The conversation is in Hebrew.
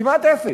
כמעט אפס.